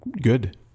good